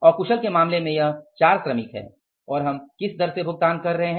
अकुशल के मामले में यह 4 श्रमिक है और हम किस दर से भुगतान कर रहे हैं